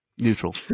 neutral